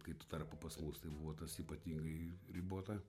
kai tuo tarpu pas mus tai buvo tas ypatingai ribota